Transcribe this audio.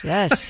Yes